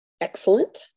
Excellent